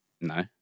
No